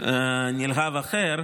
נלהב אחר,